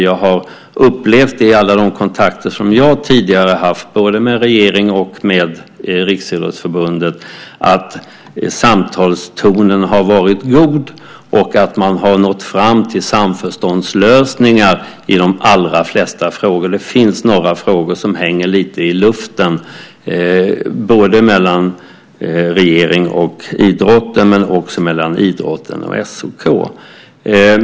Jag har upplevt det i alla de kontakter som jag tidigare haft med både regeringen och Riksidrottsförbundet att samtalstonen har varit god, och man har nått fram till samförståndslösningar i de allra flesta frågor. Det finns några frågor som hänger lite i luften både mellan regeringen och idrotten och också mellan idrotten och SOK.